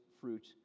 fruit